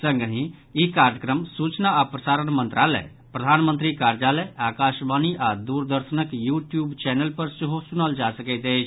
संगहि ई कार्यक्रम सूचना आ प्रसारण मंत्रालय प्रधानमंत्री कार्यालय आकाशवाणी आ दूरदर्शनक यू ट्यूब चैनल पर सेहो सुनल जा सकैत अछि